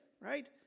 Right